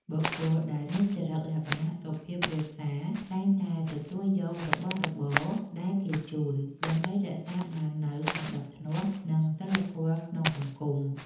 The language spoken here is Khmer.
បុគ្គលដែលមានចរិតលក្ខណៈសុភាពរាបសារតែងតែទទួលយករបស់របរដែលគេជូន ដើម្បីរក្សាបាននូវសណ្តាប់ធ្នាប់ និងសីលធម៌ក្នុងសង្គម។